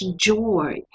joy